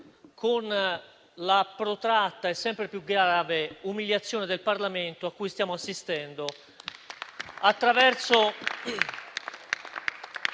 con la protratta e sempre più grave umiliazione del Parlamento a cui stiamo assistendo